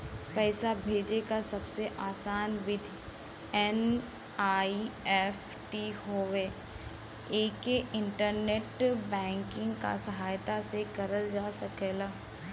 पैसा भेजे क सबसे आसान विधि एन.ई.एफ.टी हउवे एके इंटरनेट बैंकिंग क सहायता से करल जा सकल जाला